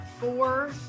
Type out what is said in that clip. four